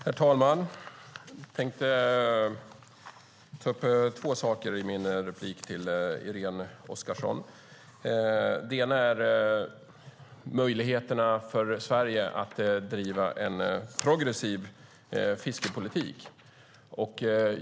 Herr talman! Jag tänkte ta upp två saker i min replik till Irene Oskarsson. Det ena är möjligheterna för Sverige att driva en progressiv fiskeripolitik.